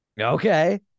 okay